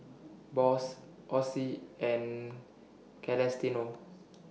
Boss Osie and Celestino